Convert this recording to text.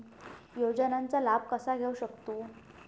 योजनांचा लाभ कसा घेऊ शकतू?